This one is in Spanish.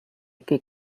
que